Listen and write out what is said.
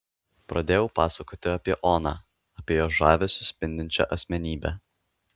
pradėjau pasakoti apie oną apie jos žavesiu spindinčią asmenybę